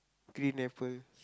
green apple